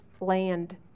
land